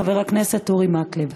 חבר הכנסת אורי מקלב.